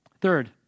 Third